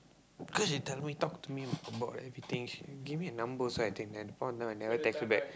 cause she tell me talk to me about everything she give me her number so I take then at the point of time I never text her back